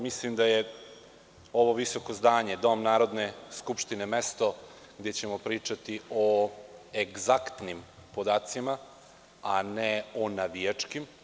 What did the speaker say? Mislim da je ovo visoko zdanje, Dom Narodne skupštine, mesto gde ćemo pričati o egzaktnim podacima, a ne o navijačkim.